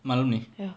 malam ni